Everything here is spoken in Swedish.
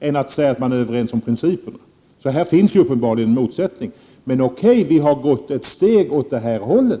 än att vara överens om principerna. Här finns uppenbarligen en motsättning. Men, okej, vi har gått ett steg åt rätt håll i utskottet.